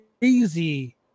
crazy